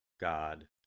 God